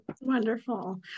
Wonderful